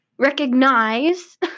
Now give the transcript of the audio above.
recognize